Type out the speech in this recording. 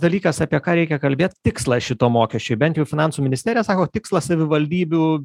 dalykas apie ką reikia kalbėt tikslą šito mokesčio bent jau finansų ministerija sako tikslas savivaldybių